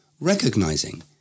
Recognizing